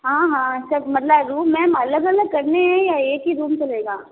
हाँ हाँ अच्छा मतलब रूम मेम अलग अलग करने है या एक ही चलेगा